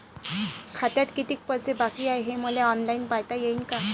खात्यात कितीक पैसे बाकी हाय हे मले ऑनलाईन पायता येईन का?